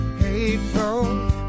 hateful